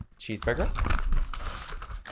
cheeseburger